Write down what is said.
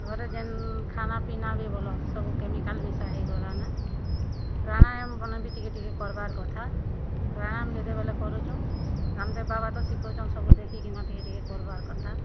ଘରେ ଯେନ୍ ଖାନାପିନା ବି ବଲ ସବୁ କେମିକାଲ୍ ମିଶା ହେଗଲାନ ପ୍ରାଣାୟାମ୍ ବ୍ୟାୟାମ୍ ଟିକେ ଟିକେ କର୍ବାର୍ କଥା ପ୍ରାଣାୟମ୍ ଯେତେବେଲେ କରୁଛୁଁ ରାମଦେବ୍ ବାବା ତ ଶିଖଉଛନ୍ ସବୁ ଦେଖିକିନା ଟିକେ ଟିକେ କରବାର୍ କଥା